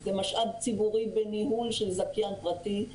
זה משאב ציבורי בניהול של זכיין פרטי,